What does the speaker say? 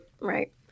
Right